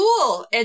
cool